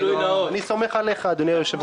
אני סומך עליך, אדוני היושב-ראש.